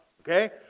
okay